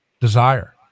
desire